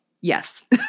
yes